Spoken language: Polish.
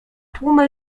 tłumy